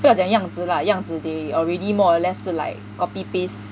不要讲样子 lah 样子 they already more or less 是 like copy paste